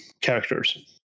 characters